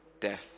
death